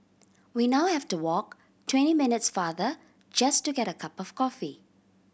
we now have to walk twenty minutes farther just to get a cup of coffee